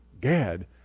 Gad